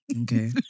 okay